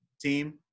team